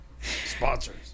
Sponsors